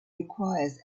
requires